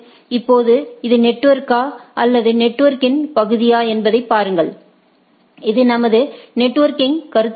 இப்போது இது நெட்வொர்க்கா அல்லது நெட்வொர்கின் பகுதியா என்பதைப் பாருங்கள் இது நமது நெட்வொர்க்கிங் கருத்தாகும்